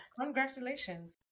congratulations